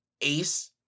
Ace